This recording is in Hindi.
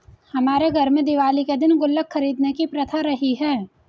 हमारे घर में दिवाली के दिन गुल्लक खरीदने की प्रथा रही है